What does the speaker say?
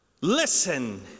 listen